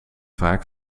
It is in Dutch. vaak